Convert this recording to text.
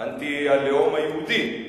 אנטי הלאום היהודי.